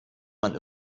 man